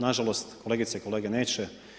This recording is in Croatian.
Na žalost kolegice i kolege neće.